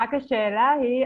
רק השאלה היא,